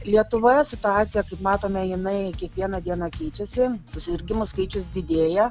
lietuvoje situacija kaip matome jinai kiekvieną dieną keičiasi susirgimų skaičius didėja